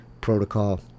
protocol